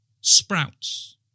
sprouts